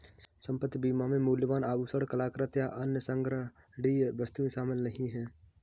संपत्ति बीमा में मूल्यवान आभूषण, कलाकृति, या अन्य संग्रहणीय वस्तुएं शामिल नहीं हैं